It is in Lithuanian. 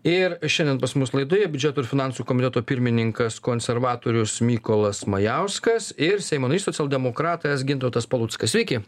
ir šiandien pas mus laidoje biudžeto ir finansų komiteto pirmininkas konservatorius mykolas majauskas ir seimo narys socialdemokratas gintautas paluckas sveiki